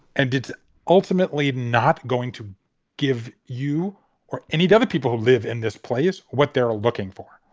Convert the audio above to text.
and did ultimately not going to give you or any other people who live in this place what they are looking for.